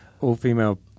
all-female